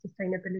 sustainability